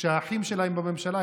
כשהאחים שלהם בממשלה,